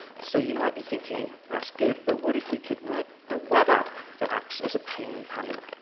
so you might be thinking, that's good, but what if we could write a web app that acts as a payment handler?